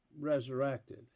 resurrected